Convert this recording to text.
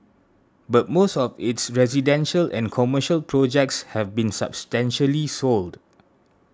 but most of its residential and commercial projects have been substantially sold